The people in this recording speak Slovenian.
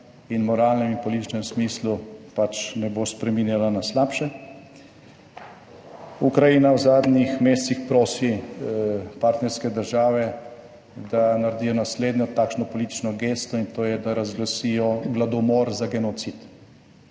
in moralnem in političnem smislu pač ne bo spreminjala na slabše. Ukrajina v zadnjih mesecih prosi partnerske države, da naredijo naslednjo takšno politično gesto, in to je, da razglasijo gladomor za genocid.